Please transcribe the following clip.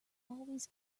always